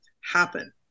happen